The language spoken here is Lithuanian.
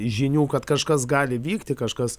žinių kad kažkas gali vykti kažkas